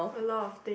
a lot of things